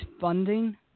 funding